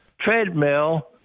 treadmill